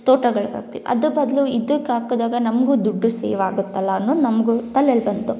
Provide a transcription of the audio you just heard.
ತೋಟಗಳಿಗಾಕ್ತೀವಿ ಅದ್ರ ಬದಲು ಇದಕ್ಕಾಕ್ದಾಗ ನಮಗು ದುಡ್ಡು ಸೇವಾಗುತ್ತೆಲ್ಲ ಅನ್ನೋದು ನಮಗು ತಲೆಲ್ಲಿ ಬಂತು